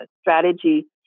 strategy